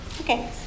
Okay